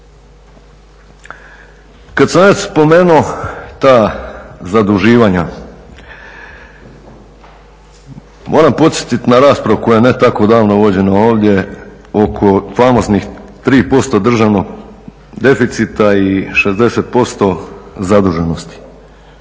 Kad sam već spomenuo ta zaduživanja, moram podsjetiti na raspravu koja je ne tako davno vođena ovdje oko famoznih 3% državnog deficita i 60% zaduženosti.